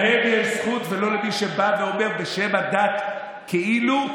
להם יש זכות, ולא למי שבא ואומר בשם הדת, כאילו,